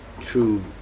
true